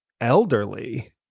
elderly